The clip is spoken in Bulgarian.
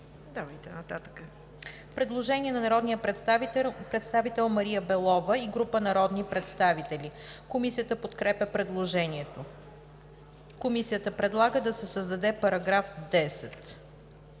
Предложение от народния представител Мария Белова и група народни представители. Комисията подкрепя предложението. Комисията предлага да се създаде § 10: „§ 10.